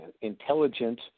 intelligent